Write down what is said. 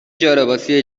جالباسی